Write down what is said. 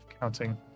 counting